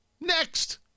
Next